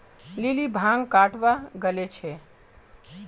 lily भांग कटावा गले छे